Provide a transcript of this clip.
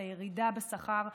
את הירידה בשכר,